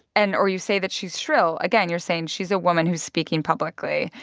and or you say that she's shrill. again, you're saying she's a woman who's speaking publicly,